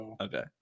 Okay